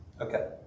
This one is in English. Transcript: Okay